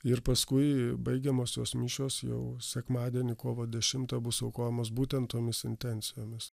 ir paskui baigiamosios mišios jau sekmadienį kovo dešimtą bus aukojamos būtent tomis intencijomis